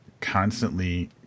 constantly